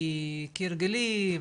כי כהרגלי,